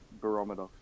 barometer